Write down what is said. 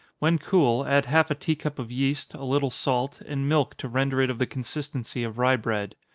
when cool, add half a tea-cup of yeast, a little salt, and milk to render it of the consistency of rye bread.